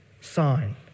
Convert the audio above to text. sign